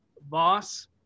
Boss